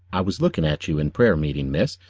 i was looking at you in prayer-meeting, miss,